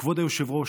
כבוד היושב-ראש,